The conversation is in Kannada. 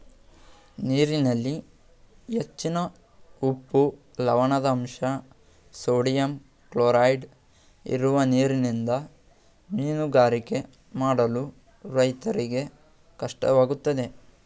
ನೀರಿನಲ್ಲಿ ಹೆಚ್ಚಿನ ಉಪ್ಪು, ಲವಣದಂಶ, ಸೋಡಿಯಂ ಕ್ಲೋರೈಡ್ ಇರುವ ನೀರಿನಿಂದ ಮೀನುಗಾರಿಕೆ ಮಾಡಲು ರೈತರಿಗೆ ಕಷ್ಟವಾಗುತ್ತದೆ